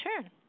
turn